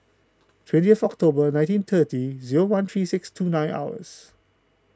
twentieth October nineteen thirty zero one three six two nine hours